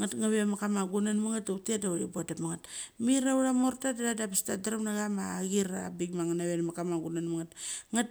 nget ngve vat kama gungnmit nget, utet do chiboolem mit nget. Mir auth amorta da tha dfa abes tadrem nge kama chir avungbik nget.